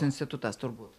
institutas turbūt